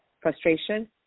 frustration